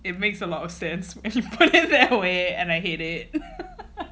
it makes a lot of sense when you put it that way and I hate it